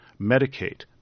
Medicate